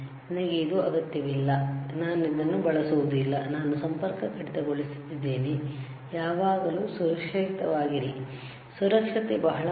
ನನಗೆ ಇದು ಅಗತ್ಯವಿಲ್ಲ ನಾನು ಅದನ್ನು ಬಳಸುವುದಿಲ್ಲ ನಾನು ಸಂಪರ್ಕ ಕಡಿತಗೊಳಿಸಿದ್ದೇನೆ ಯಾವಾಗಲೂ ಸುರಕ್ಷಿತವಾಗಿರಿ ಸುರಕ್ಷತೆ ಬಹಳ ಮುಖ್ಯ